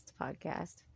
podcast